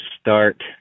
start